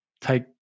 take